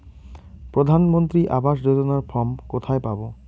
প্রধান মন্ত্রী আবাস যোজনার ফর্ম কোথায় পাব?